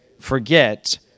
forget